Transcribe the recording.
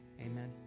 Amen